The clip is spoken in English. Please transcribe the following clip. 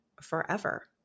forever